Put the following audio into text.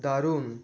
দারুণ